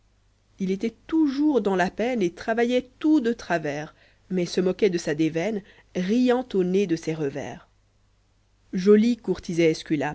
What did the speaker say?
sali était toujours dansla peine et travaillait tout de travers mais se moquait de sa déveine riant au nez de ses revers joly courtisait